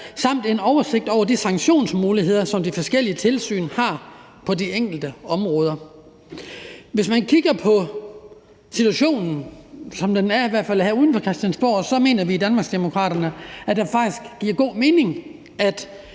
og en oversigt over de sanktionsmuligheder, som de forskellige tilsyn har på de enkelte områder. Hvis man kigger på situationen, som den i hvert fald er uden for Christiansborg, mener vi i Danmarksdemokraterne, at det faktisk giver god mening at